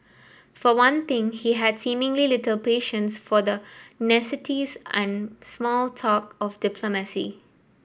for one thing he had seemingly little patience for the niceties and small talk of diplomacy